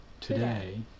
today